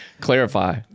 Clarify